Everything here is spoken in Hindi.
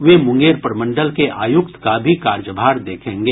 वे मुंगेर प्रमंडल के आयुक्त का भी कार्यभार देखेंगे